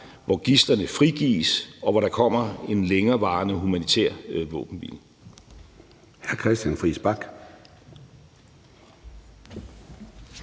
hvor gidslerne frigives, og hvor der kommer en længerevarende humanitær våbenhvile.